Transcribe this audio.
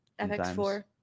FX4